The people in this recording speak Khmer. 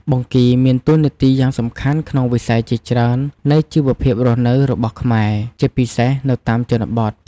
បង្គីមានតួនាទីយ៉ាងសំខាន់ក្នុងវិស័យជាច្រើននៃជីវភាពរស់នៅរបស់ខ្មែរ ជាពិសេសនៅតាមជនបទ។